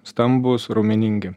stambūs raumeningi